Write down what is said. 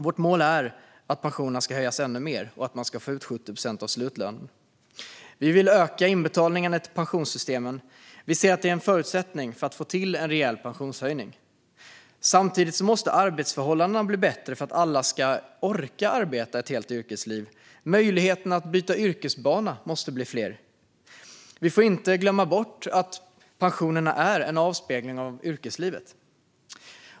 Vårt mål är att pensionerna ska höjas ännu mer och att man ska få ut 70 procent av slutlönen. Vi vill öka inbetalningarna till pensionssystemen. Vi ser att det är en förutsättning för att få till en rejäl pensionshöjning. Samtidigt måste arbetsförhållandena bli bättre för att alla ska orka arbeta ett helt yrkesliv. Möjligheterna att byta yrkesbana måste bli fler. Vi får inte glömma bort att pensionerna är en avspegling av yrkeslivet.